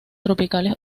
tropicales